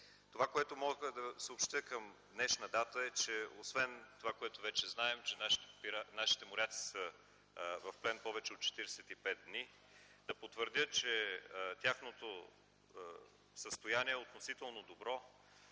Това, което мога да съобщя към днешна дата е, че освен това, което вече знаем, че нашите моряци са в плен повече от 45 дни, е да потвърдя, че тяхното състояние е относително добро,